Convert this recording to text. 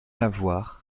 lavoir